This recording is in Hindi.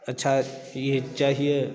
अच्छा ये चाहिए